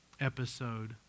episode